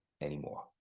anymore